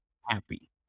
happy